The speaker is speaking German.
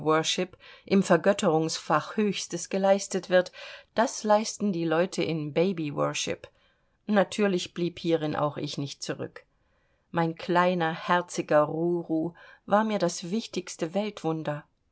im vergötterungsfach höchstes geleistet wird das leisten die leute in baby worship natürlich blieb hierin auch ich nicht zurück mein kleiner herziger ruru war mir das wichtigste weltwunder